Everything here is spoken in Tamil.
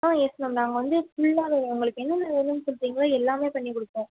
ஆ யெஸ் மேம் நாங்கள் வந்து ஃபுல்லாகவே உங்களுக்கு என்னென்ன வேணும்ன்னு சொல்லுறீங்ளோ அது எல்லாமே பண்ணிக் கொடுப்போம்